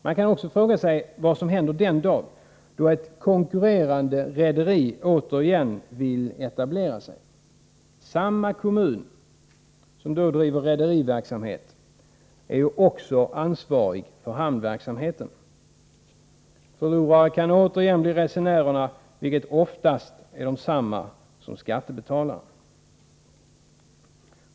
Man kan också fråga sig vad som händer den dag då ett konkurrerande rederi vill etablera sig. Samma kommun som driver rederiverksamhet är ju också ansvarig för hamnverksamheten. Förlorarna kan på nytt bli resenärerna, och dessa är oftast desamma som skattebetalarna.